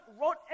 wrote